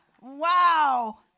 Wow